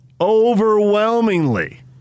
Overwhelmingly